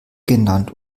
genannt